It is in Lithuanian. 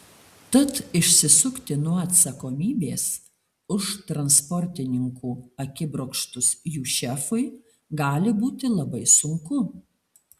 tad išsisukti nuo atsakomybės už transportininkų akibrokštus jų šefui gali būti labai sunku